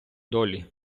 долі